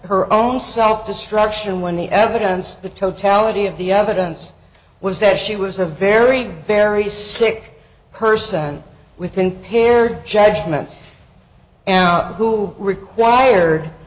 her own self destruction when the evidence the totality of the evidence was that she was a very very sick person within paired judgments who required